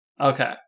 okay